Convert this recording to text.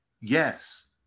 yes